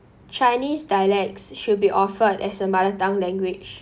chinese dialects should be offered as a mother tongue language